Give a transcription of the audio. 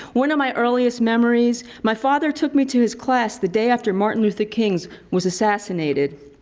one of my earliest memories my father took me to his class the day after martin luther king was assassinated.